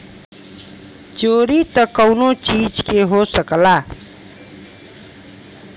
चोरी त कउनो चीज के हो सकला